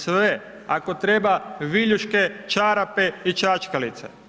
Sve, ako treba, viljuške, čarape i čačkalice.